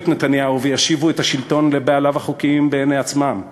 את נתניהו וישיבו את השלטון לבעליו החוקיים בעיני עצמם?